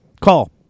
Call